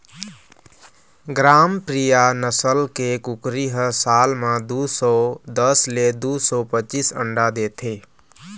ग्रामप्रिया नसल के कुकरी ह साल म दू सौ दस ले दू सौ पचीस अंडा देथे